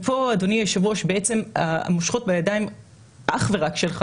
המושכות בידיים שלך,